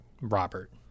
Robert